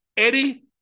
Eddie